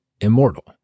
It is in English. immortal